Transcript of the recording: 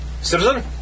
Citizen